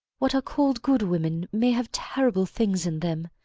what are called good women may have terrible things in them,